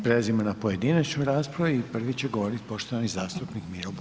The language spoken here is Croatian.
Prelazimo na pojedinačnu raspravu i prvi će govoriti poštovani zastupnik Miro Bulj.